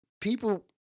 people